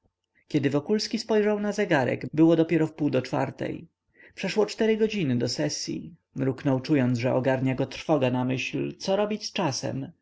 kiedy wokulski spojrzał na zegarek było dopiero wpół do czwartej przeszło cztery godziny do sesyi mruknął czując że ogarnia go trwoga na myśl co robić z czasem